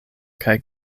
kaj